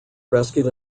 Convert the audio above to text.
rescued